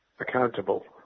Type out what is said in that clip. accountable